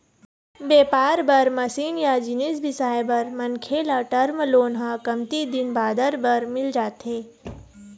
बेपार बर मसीन या जिनिस बिसाए बर मनखे ल टर्म लोन ह कमती दिन बादर बर मिल जाथे